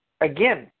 again